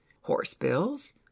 horse-bills